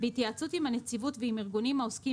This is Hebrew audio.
בהתייעצות עם הנציבות ועם ארגונים העוסקים